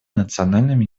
национальными